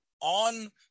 on